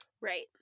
Right